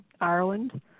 Ireland